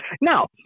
Now